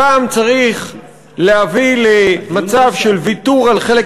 אותם צריך להביא למצב של ויתור על חלק